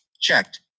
Checked